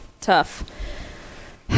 tough